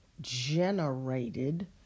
generated